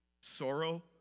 sorrow